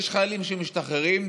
יש חיילים שמשתחררים,